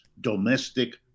domestic